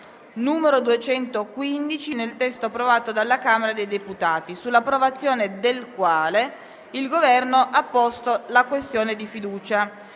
n. 215, nel testo approvato dalla Camera dei deputati, sull'approvazione del quale il Governo ha posto la questione di fiducia: